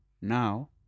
now